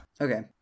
Okay